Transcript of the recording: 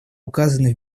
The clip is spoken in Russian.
указаны